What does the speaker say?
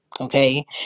Okay